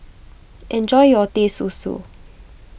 enjoy your Teh Susu